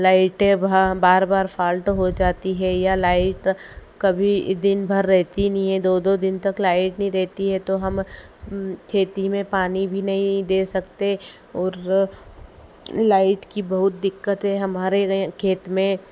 लाइटें बार बार फाल्ट हो जाती हैं या लाइट कभी दिन भर रहती नहीं है दो दो दिन तक लाइट नहीं रहती है तो हम खेती में पानी भी नहीं दे सकते और लाइट की बहुत दिक्कतें हैं हमारे गैएं खेत में